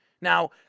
Now